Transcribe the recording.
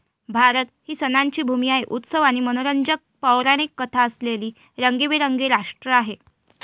भारत ही सणांची भूमी आहे, उत्सव आणि मनोरंजक पौराणिक कथा असलेले रंगीबेरंगी राष्ट्र आहे